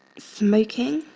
smoking